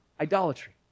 idolatry